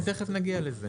תיכף נגיע לזה.